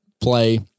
play